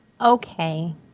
Okay